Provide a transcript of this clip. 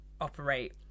operate